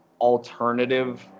alternative